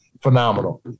phenomenal